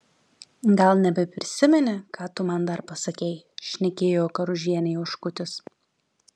gal nebeprisimeni ką tu man dar pasakei šnekėjo karužienei oškutis